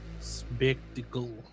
spectacle